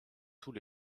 tous